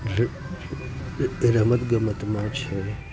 એ રમત ગમતમાં છે